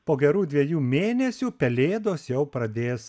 po gerų dviejų mėnesių pelėdos jau pradės